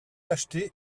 acheter